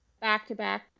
back-to-back